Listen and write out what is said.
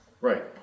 Right